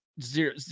Zero